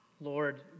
Lord